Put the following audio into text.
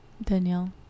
Danielle